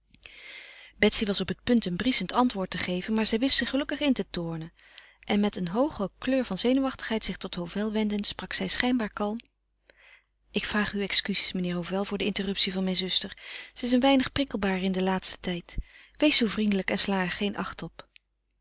betsy was op het punt een brieschend antwoord te geven maar zij wist zich gelukkig in te toornen en met een hooge kleur van zenuwachtigheid zich tot hovel wendend sprak zij schijnbaar kalm ik vraag u excuus meneer hovel voor de interruptie van mijn zuster ze is een weinig prikkelbaar in den laatsten tijd wees zoo vriendelijk en sla er geen acht op